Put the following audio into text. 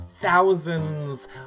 thousands